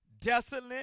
desolate